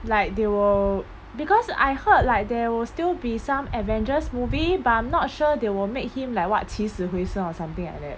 like they were because I heard like there will still be some avengers movie but I'm not sure they will make him like what 起死回生 or something like that